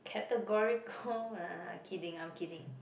categorical uh I'm kidding I'm kidding